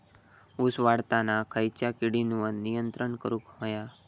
ऊस वाढताना खयच्या किडींवर नियंत्रण करुक व्हया?